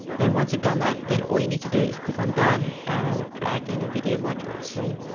then once you've done that then all you need to do is click on done and drag in a video module so,